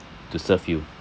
to serve you